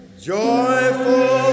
Joyful